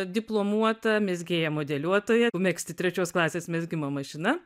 diplomuota mezgėja modeliuotoja megzti trečios klasės mezgimo mašina